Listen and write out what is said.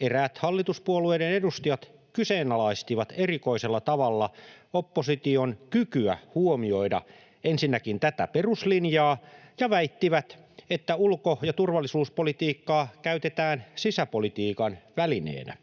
eräät hallituspuolueiden edustajat kyseenalaistivat erikoisella tavalla opposition kykyä huomioida ensinnäkin tätä peruslinjaa ja väittivät, että ulko- ja turvallisuuspolitiikkaa käytetään sisäpolitiikan välineenä.